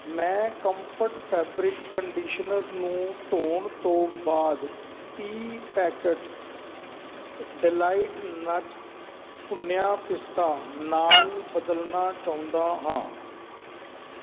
ਮੈਂ Comfort fabric conditioner ਨੂੰ ਧੋਣ ਤੋਂ ਬਾਅਦ ਤੀਹ ਪੈਕੇਟਸ ਡੇਲਾਈਟ ਨਟਸ ਭੁੰਨਿਆ ਪਿਸਤਾ ਨਾਲ ਬਦਲਣਾ ਚਾਹੁੰਦਾ ਹਾਂ